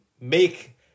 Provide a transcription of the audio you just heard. make